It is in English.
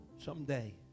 someday